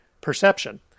perception